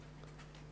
כרגע.